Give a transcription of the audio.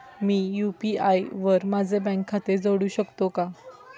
मी UPI वर माझे bank खाते जोडू शकतो का?